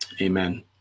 Amen